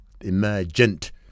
emergent